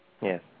Yes